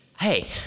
Hey